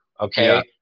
okay